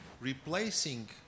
replacing